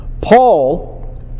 Paul